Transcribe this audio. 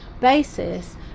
basis